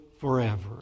forever